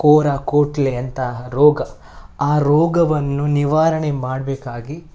ಕೋರ ಕೋಟ್ಲೆ ಅಂತಹ ರೋಗ ಆ ರೋಗವನ್ನು ನಿವಾರಣೆ ಮಾಡಬೇಕಾಗಿ